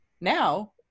now